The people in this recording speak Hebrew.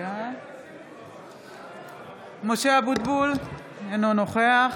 סמי אבו שחאדה, אינו נוכח משה אבוטבול, אינו נוכח